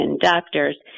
doctors